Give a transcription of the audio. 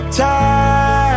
time